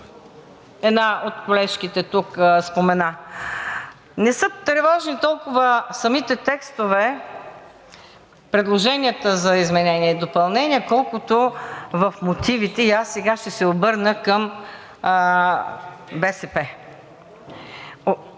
една от колежките тук спомена. Не са тревожни толкова самите текстове в предложенията за изменение и допълнение, колкото в мотивите. Аз сега ще се обърна към БСП.